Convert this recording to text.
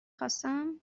خواستم